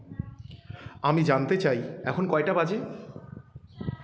আমি জানতে চাই এখন কয়টা বাজে